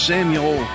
Samuel